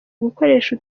gukoresha